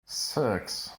six